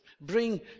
bring